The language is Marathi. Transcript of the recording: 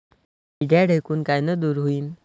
पिढ्या ढेकूण कायनं दूर होईन?